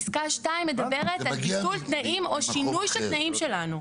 פסק (2) מדברת על ביטול תנאים או שינוי של תנאים שלנו.